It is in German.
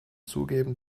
zugeben